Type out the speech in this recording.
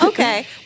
okay